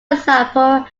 example